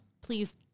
please